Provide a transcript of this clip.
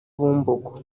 bumbogo